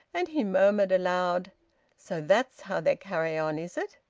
and he murmured aloud so that's how they carry on, is it!